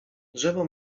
drzewo